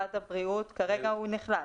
משרד הבריאות כרגע הוא נכלל.